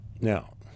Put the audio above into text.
now